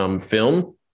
film